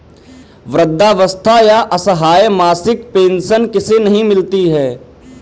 वृद्धावस्था या असहाय मासिक पेंशन किसे नहीं मिलती है?